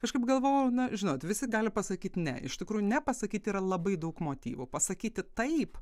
kažkaip galvojau na žinot visi gali pasakyt ne iš tikrųjų ne pasakyti yra labai daug motyvų pasakyti taip